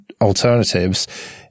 alternatives